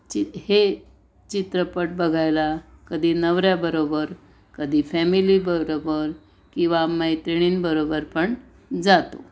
चि हे चित्रपट बघायला कधी नवऱ्याबरोबर कधी फॅमिलीबरोबर किंवा मैत्रिणींबरोबर पण जातो